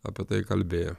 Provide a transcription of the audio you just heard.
apie tai kalbėjo